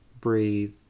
breathe